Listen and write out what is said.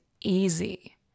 easy